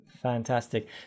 Fantastic